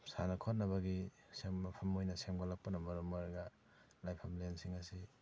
ꯁꯥꯟꯅ ꯈꯣꯠꯅꯕꯒꯤ ꯃꯐꯝ ꯑꯣꯏꯅ ꯁꯦꯝꯒꯠꯂꯛꯄꯅ ꯃꯔꯝ ꯑꯣꯏꯔꯒ ꯂꯥꯏꯐꯝ ꯂꯦꯟꯁꯤꯡ ꯑꯁꯤ